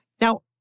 Now